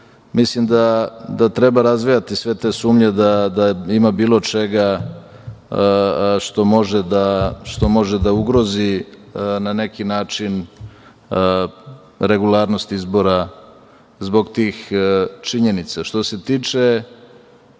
mislim da treba razvejati sve te sumnje da ima bilo čega što može da ugrozi na neki način regularnost izbora zbog tih činjenica. Što se tiče